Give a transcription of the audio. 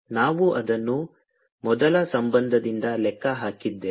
ನಾವು ಅದನ್ನು ಮೊದಲ ಸಂಬಂಧದಿಂದ ಲೆಕ್ಕ ಹಾಕಿದ್ದೇವೆ